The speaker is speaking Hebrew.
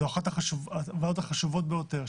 זו אחת הוועדות החשובות ביותר,